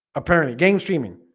apparently game streaming